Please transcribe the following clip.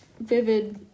vivid